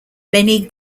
many